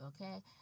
okay